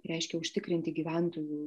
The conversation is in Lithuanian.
reiškia užtikrinti gyventojų